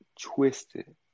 twisted